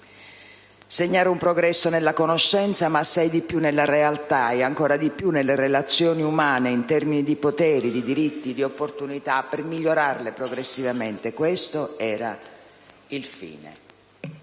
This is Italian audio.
Segnare un progresso nella conoscenza, ma assai di più nella realtà e ancora di più nelle relazioni umane in termini di poteri, di diritti, di opportunità, per migliorarle progressivamente: questo era il fine.